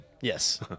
Yes